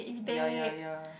ya ya ya